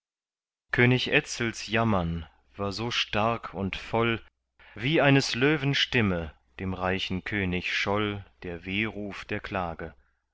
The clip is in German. könig etzels jammern war so stark und voll wie eines löwen stimme dem reichen könig scholl der wehruf der klage